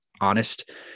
honest